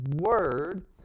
Word